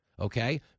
Okay